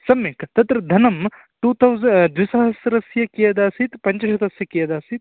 सम्यक् तत्र धनं टु थौस् द्विसहस्रस्य कियदासीत् पञ्चशतस्य कियदासीत्